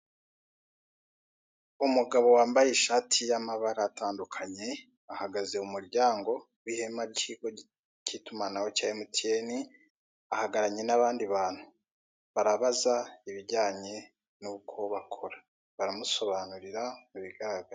Umugabo wambaye ishati y'amabara atandukanye ahagaze mu muryango w'ihema ry'ikigi k'itumanaho cya Mtn ahagararanye n'abandi bantu. Barabaza ibijyanye nuko bakora. Baramusobanurira mu bigaragara.